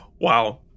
wow